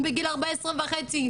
בגיל 14 וחצי,